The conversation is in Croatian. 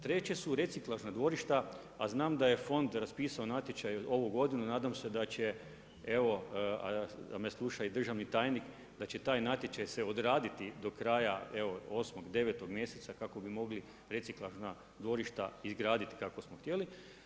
Treće su reciklažna dvorišta a znam da je fond raspisao natječaj ovu godinu, nadam se da će evo, sluša me i državni tajnik, da će taj natječaj se odraditi do kraja 8., 9. mjeseca kako bi mogli reciklažna dvorišta izgraditi kako smo htjeli.